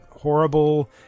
Horrible